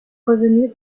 revenu